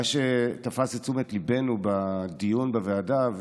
מה שתפס את תשומת ליבנו בדיון בוועדה,